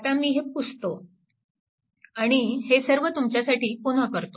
आता मी हे पुसतो आणि हे सर्व तुमच्यासाठी पुन्हा करतो